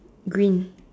green